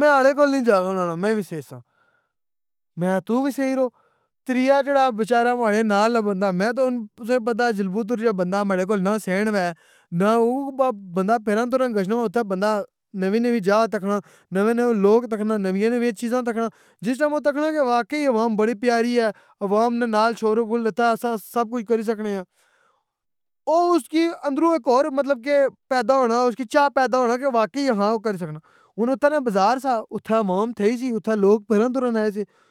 ماڑے کول نہیں جانا ہونا، میں وی سیساں، میں اخیا تو وی سئ رو، تریا جیڑا بچارا ماڑے نال بندہ، میں تو تُساں کی پتہ جلبوتھر جیا بندہ ماڑے کول نہ سین ہوے، نہ او بندہ پھرن تورن گشنہ اوتھے بندہ نوی نوی جا تکنا، نوے نوے لوگ تکنا، نویاں نویاں چیزاں تکنا، جس ٹائم وہ تکنا کہ واقعی عوام بڑی پیاری ہے، عوام نے نال شوروغل، ایتھاں اساں سب کچھ کری سکنے آں، او اس کی اندروں اک اور مطلب کہ پیدا ہونا، اس کی چاہ پیدا ہونا کہ واقعی ہاں او کری سکناں، ہن اتھاں نہ بزار سا، اتھا عوام تھئ سی، اتھا لوگ پھرن تورن آئے سے.